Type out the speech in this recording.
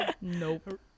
Nope